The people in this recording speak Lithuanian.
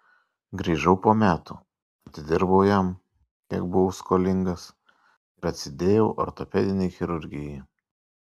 grįžau po metų atidirbau jam kiek buvau skolingas ir atsidėjau ortopedinei chirurgijai